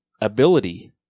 ability